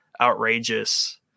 outrageous